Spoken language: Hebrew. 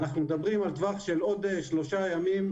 אנחנו מדברים על טווח של עוד שלושה ימים,